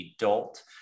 adult